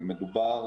מדובר